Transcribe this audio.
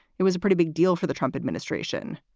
it was a pretty big deal for the trump administration.